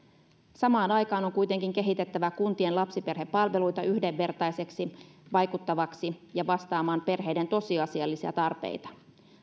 samaan aikaan on kuitenkin kehitettävä kuntien lapsiperhepalveluita yhdenvertaisiksi vaikuttaviksi ja vastaamaan perheiden tosiasiallisia tarpeita